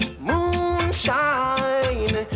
moonshine